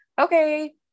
okay